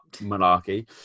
monarchy